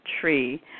tree